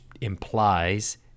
implies